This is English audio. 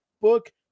book